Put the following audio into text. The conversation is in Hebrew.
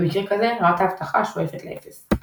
במקרה כזה רמת האבטחה שואפת לאפס.